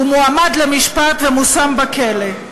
הוא מועמד למשפט ומושם בכלא.